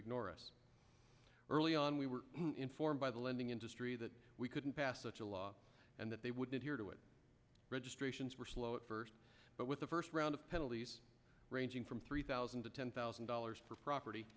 ignore us early on we were informed by the lending industry that we couldn't pass such a law and that they would adhere to it registrations were slow at first but with the first round of penalties ranging from three thousand to ten thousand dollars per property